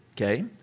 okay